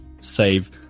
save